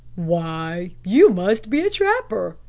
why, you must be a trapper!